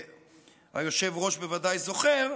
והיושב-ראש בוודאי זוכר,